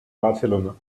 barcelona